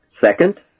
Second